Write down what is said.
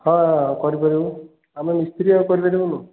ହଁ କରିପାରିବୁ ଆମେ ମିସ୍ତ୍ରୀ ଆଉ କରି ପାରିବୁନୁ